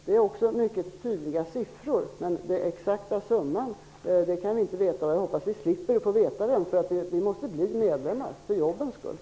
Det finns mycket tydliga siffror, men den exakta summan kan vi inte veta, och jag hoppas att vi slipper att få veta den. Vi måste bli medlemmar, för jobbens skull.